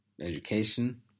education